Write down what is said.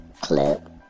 clip